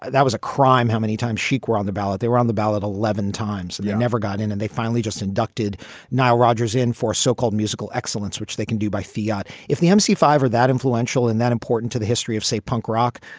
that was a crime. how many times chic were on the ballot? they were on the ballot eleven times and they never got in. and they finally just inducted nile rodgers in four so-called musical excellence, which they can do by fiat if the mdc five or that influential and that important to the history of, say, punk rock.